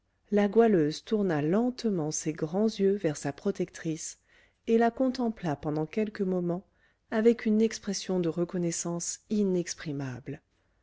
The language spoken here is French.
la goualeuse tourna lentement ses grands yeux vers sa protectrice et la contempla pendant quelques moments avec une expression de reconnaissance